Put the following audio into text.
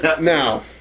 Now